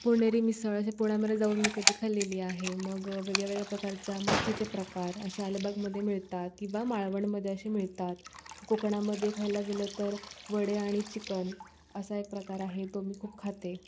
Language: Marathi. पुणेरी मिसळ हे पुण्यामध्ये जाऊन मी कधी खाल्लेली आहे मग वेगवेगळ्या प्रकारच्या मच्छीचे प्रकार अशा अलीबागमध्ये मिळतात किंवा मालवणमध्ये असे मिळतात कोकणामध्ये खायला गेले तर वडे आणि चिकन असा एक प्रकार आहे ते मी खूप खाते